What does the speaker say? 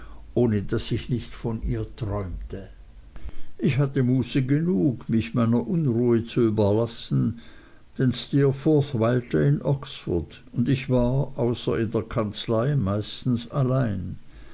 ohne daß ich nicht davon träumte ich hatte muße genug mich meiner unruhe zu überlassen denn steerforth weilte in oxford und ich war außer in der kanzlei meistens allein